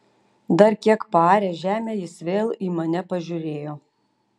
dar kiek paaręs žemę jis vėl į mane pažiūrėjo